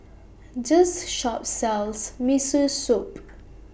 This Shop sells Miso Soup